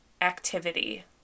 activity